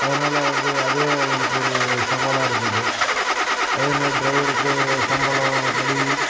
அதனால் வந்து அதே அவங்களுக்கு ஒரு சவாலை இருக்குது அதேமாரி டிரைவருக்கு சம்பளம் படி